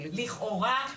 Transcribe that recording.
לכאורה,